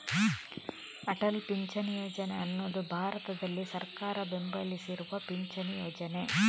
ಅಟಲ್ ಪಿಂಚಣಿ ಯೋಜನೆ ಅನ್ನುದು ಭಾರತದಲ್ಲಿ ಸರ್ಕಾರ ಬೆಂಬಲಿಸ್ತಿರುವ ಪಿಂಚಣಿ ಯೋಜನೆ